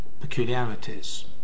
peculiarities